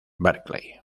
berkeley